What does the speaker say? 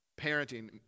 Parenting